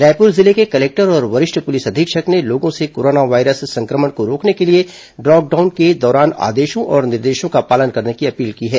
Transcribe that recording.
रायपूर जिले के कलेक्टर और वरिष्ठ पुलिस अधीक्षक ने लोगों से कोरोना वायरस संक्रमण को रोकने के लिए लॉकडॉउन के दौरान आदेशों और निर्देशों का पालन करने की अपील की है